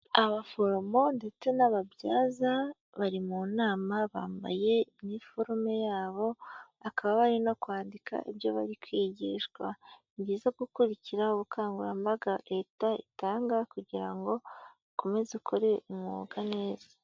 Abaforomo ndetse n'ababyaza bari mu nama bambaye iniforume yabo, bakaba bari no kwandika ibyo bari kwigishwa. Ni byiza gukurikira ubukangurambaga leta itanga kugira ngo ukomeze ukore umwuga neza.